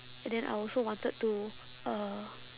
then I also wanted to uh